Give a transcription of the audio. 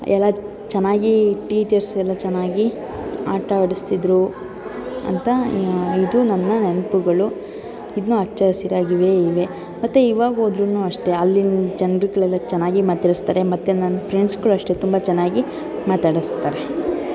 ಎಲ್ಲ ಚೆನ್ನಾಗಿ ಟೀಚರ್ಸು ಎಲ್ಲ ಚೆನ್ನಾಗಿ ಆಟ ಆಡಿಸ್ತಿದ್ರು ಅಂತ ಇದು ನನ್ನ ನೆನಪುಗಳು ಇನ್ನ ಹಚ್ಚ ಹಸಿರಾಗಿವೇ ಇವೆ ಮತ್ತು ಇವಾಗ ಹೋದ್ರುನು ಅಷ್ಟೇ ಅಲ್ಲಿನ ಜನರುಗಳೆಲ್ಲ ಚೆನ್ನಾಗಿ ಮಾತಾಡಿಸ್ತಾರೆ ಮತ್ತು ನನ್ನ ಫ್ರೆಂಡ್ಸ್ಗಳೂ ಅಷ್ಟೇ ತುಂಬ ಚೆನ್ನಾಗಿ ಮಾತಾಡಿಸ್ತಾರೆ